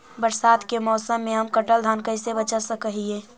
बरसात के मौसम में हम कटल धान कैसे बचा सक हिय?